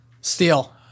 Steal